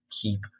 keep